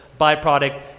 byproduct